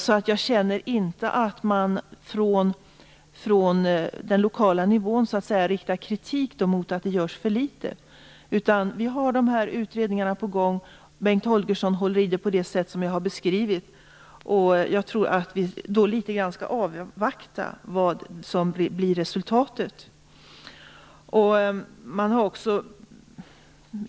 Så jag känner inte att man från den lokala nivån riktar kritik för att det görs för litet. Vi har dessa utredningar på gång. Bengt Holgersson håller i det på det sätt som jag har beskrivit. Då tror jag att vi skall avvakta litet grand och se vad som blir resultatet.